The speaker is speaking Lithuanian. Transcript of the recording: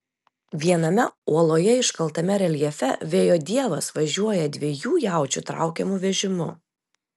viename uoloje iškaltame reljefe vėjo dievas važiuoja dviejų jaučių traukiamu vežimu